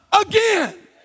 again